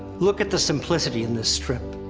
look at the simplicity in this strip,